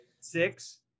Six